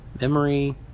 memory